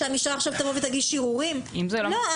לא.